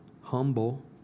humble